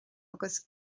agus